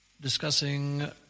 discussing